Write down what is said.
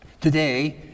Today